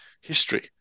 history